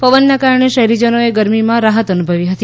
પવનના કારણે શહેરીજનોએ ગરમીમાં રાહત અનુભવી હતી